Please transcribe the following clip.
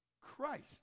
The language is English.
Christ